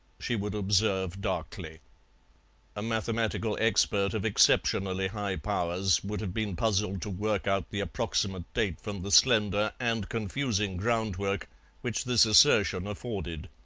she would observe darkly a mathematical expert of exceptionally high powers would have been puzzled to work out the approximate date from the slender and confusing groundwork which this assertion afforded.